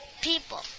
People